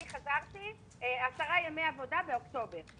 אני חזרתי 10 ימי עבודה באוקטובר.